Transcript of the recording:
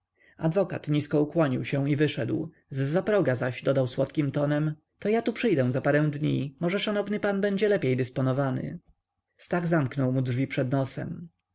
otwierając drzwi adwokat nisko ukłonił się i wyszedł zza proga zaś dodał słodkim tonem to ja tu przyjdę za parę dni może szanowny pan będzie lepiej dysponowany stach zamknął mu drzwi pod nosem